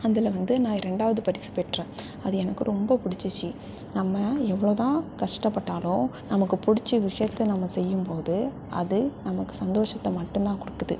அதில் வந்து நான் ரெண்டாவது பரிசு பெற்றேன் அது எனக்கு ரொம்ப பிடிச்சிச்சி நம்ம எவ்வளோதான் கஷ்டபட்டாலும் நமக்கு பிடிச்ச விஷயத்தை நம்ம செய்யும்போது அது நமக்கு சந்தோஷத்தை மட்டுந்தான் கொடுக்குது